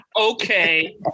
Okay